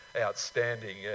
outstanding